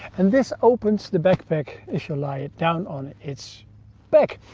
and this opens the backpack if you lie it down on its back.